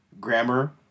Grammar